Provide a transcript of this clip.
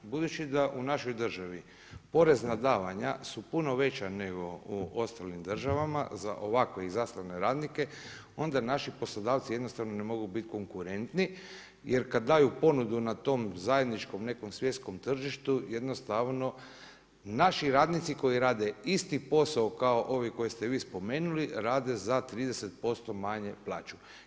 Budući da u našoj državi porezna davanja su puno veća nego u ostalim državama za ovakve izaslane radnike, onda naši poslodavci jednostavno ne mogu biti konkurentni jer kad daju ponudu na tom zajedničkom nekom svjetskom tržištu, jednostavno naši radnici koji rade isti posao kao ovi koje ste vi spomenuli, rade za 30% manju plaću.